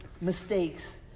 mistakes